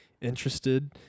interested